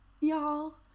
y'all